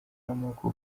n’amaboko